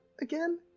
again